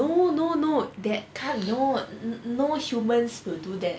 no no no that kind no no humans would do that